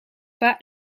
pas